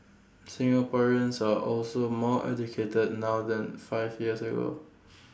Singaporeans are also more educated now than five years ago